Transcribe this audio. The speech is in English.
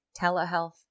telehealth